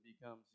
becomes